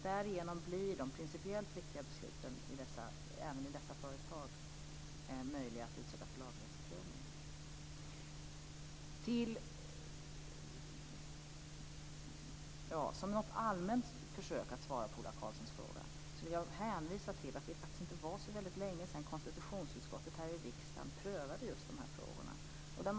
Därigenom blir de principiellt viktiga besluten även i dessa företag möjliga att utsättas för laglighetsprövning. Som något allmänt försök att svara på Ola Karlssons frågor vill jag hänvisa till att det faktiskt inte var så länge sedan konstitutionsutskottet här i riksdagen prövade just dessa frågor.